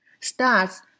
starts